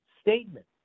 statement